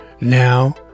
Now